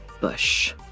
Bush